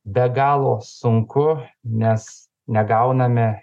be galo sunku nes negauname